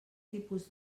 tipus